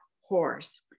horse